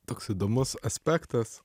toks įdomus aspektas